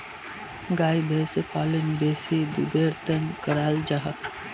गाय भैंस पालन बेसी दुधेर तंर कराल जाहा